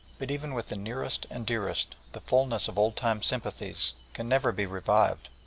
but even with the nearest and dearest the fulness of old-time sympathies can never be revived,